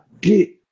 get